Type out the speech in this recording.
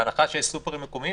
בהנחה שיש סופרים מקומיים,